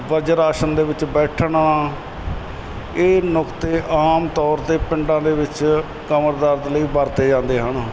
ਵਜਰ ਆਸ਼ਣ ਦੇ ਵਿੱਚ ਬੈਠਣਾ ਇਹ ਨੁਕਤੇ ਆਮ ਤੌਰ 'ਤੇ ਪਿੰਡਾਂ ਦੇ ਵਿੱਚ ਕਮਰ ਦਰਦ ਲਈ ਵਰਤੇ ਜਾਂਦੇ ਹਨ